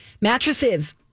Mattresses